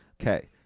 Okay